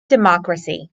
democracy